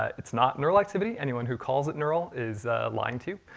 it's not neural activity, anyone who calls it neural is lying to you.